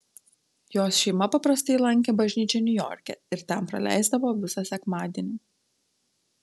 jos šeima paprastai lankė bažnyčią niujorke ir ten praleisdavo visą sekmadienį